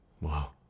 Wow